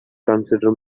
consider